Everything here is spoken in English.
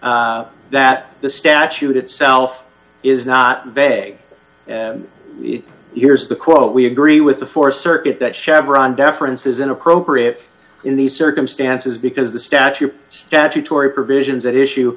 found that the statute itself is not vague here's the quote we agree with the four circuit that chevron deference is inappropriate in these circumstances because the statute statutory provisions that issue